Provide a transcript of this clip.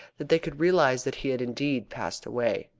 that they could realise that he had indeed passed away.